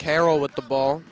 carroll with the ball